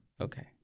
Okay